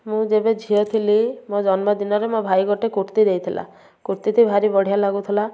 ମୁଁ ଯେବେ ଝିଅ ଥିଲି ମୋ ଜନ୍ମ ଦିନରେ ମୋ ଭାଇ ଗୋଟେ କୁର୍ତ୍ତୀ ଦେଇଥିଲା କୁର୍ତ୍ତୀଟି ଭାରି ବଢ଼ିଆ ଲାଗୁଥୁଲା